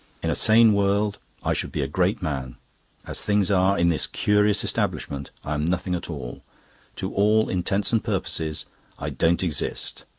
in a sane world i should be a great man as things are, in this curious establishment, i am nothing at all to all intents and purposes i don't exist.